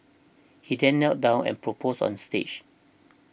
he then knelt down and proposed on stage